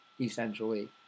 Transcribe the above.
essentially